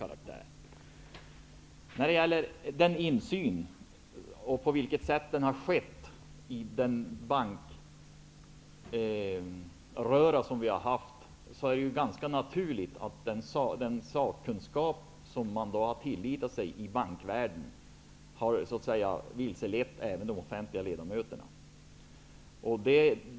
Med tanke på det sätt på vilket insynen har utövats i den bankröra som vi upplevt är det ganska naturligt att den sakkunskap som man har litat sig till i bankvärlden vilselett även de offentliga företrädarna.